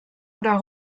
oder